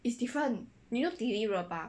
you know T_V 热巴